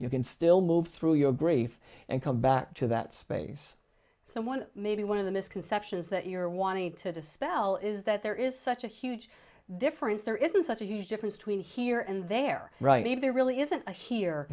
you can still move through your grief and come back to that space someone maybe one of the misconceptions that you're wanting to dispel is that there is such a huge difference there isn't such a huge difference between here and there right if there really isn't a here